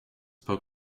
poke